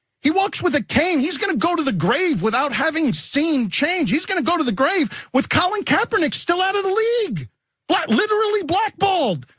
he walks with a cane. he's gonna go to the grave without having seen change. he's gonna go to the grave with colin kaepernick still out of the league but literally blackballed.